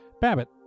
Babbitt